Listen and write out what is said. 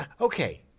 okay